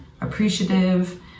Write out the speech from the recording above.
appreciative